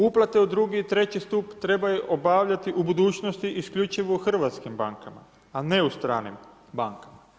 Uplate u drugi i treći stup trebaju obavljati u budućnosti isključivo u hrvatskim bankama, a ne u stranim bankama.